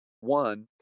one